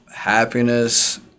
happiness